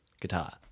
guitar